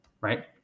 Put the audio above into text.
right